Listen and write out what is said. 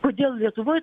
kodėl lietuvoj